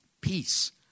peace